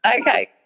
Okay